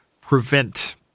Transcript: prevent